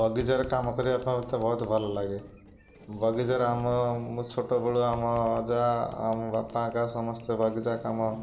ବଗିଚାରେ କାମ କରିବା ପାଇଁ ମତେ ବହୁତ ଭଲ ଲାଗେ ବଗିଚାରେ ଆମ ମୁଁ ଛୋଟବେଳୁ ଆମ ଅଜା ଆମ ବାପା ଏକା ସମସ୍ତେ ବଗିଚା କାମ